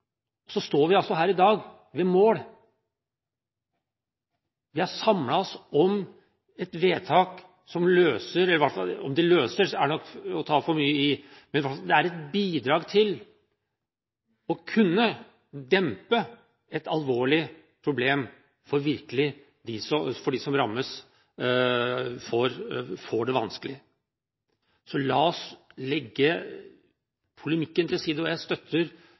Så står vi her i dag, ved mål. Vi har samlet oss om et vedtak som løser – løser er nok å ta i for mye – men det er et bidrag til å kunne dempe et virkelig alvorlig problem for dem som rammes og får det vanskelig. La oss legge polemikken til side. Jeg støtter